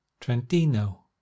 Trentino